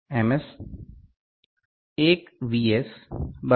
S 1 V